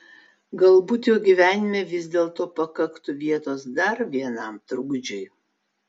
galbūt jo gyvenime vis dėlto pakaktų vietos dar vienam trukdžiui